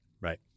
Right